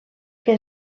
que